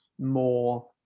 more